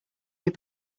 your